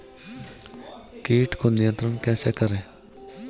कीट को नियंत्रण कैसे करें?